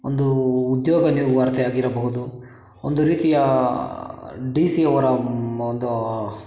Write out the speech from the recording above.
ಒಂದು ಉದ್ಯೋಗ ನ್ಯೂ ವಾರ್ತೆಯಾಗಿರಬಹುದು ಒಂದು ರೀತಿಯ ಡಿ ಸಿ ಅವರ ಒಂದು